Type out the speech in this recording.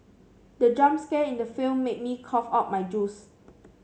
the jump scare in the film made me cough out my juice